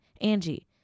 angie